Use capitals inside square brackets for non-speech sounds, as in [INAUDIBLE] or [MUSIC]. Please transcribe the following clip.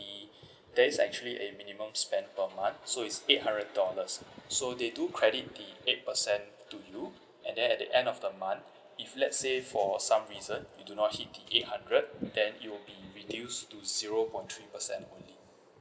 the [BREATH] there is actually a minimum spend per month so it's eight hundred dollars so they do credit the eight percent to you and then at the end of the month if let's say for some reason you do not hit the hundred then it'll be reduce to zero point three percent only